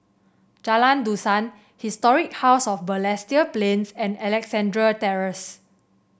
Jalan Dusan Historic House of Balestier Plains and Alexandra Terrace